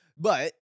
But-